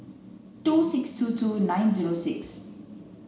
two six two two nine zero six